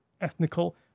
ethnical